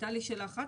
הייתה לי שאלה אחת,